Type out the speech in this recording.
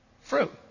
Fruit